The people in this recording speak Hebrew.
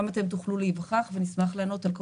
גם אתם תוכלו להיווכח ונשמח לענות על כל